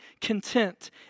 content